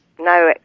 no